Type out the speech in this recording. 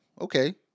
okay